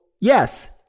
yes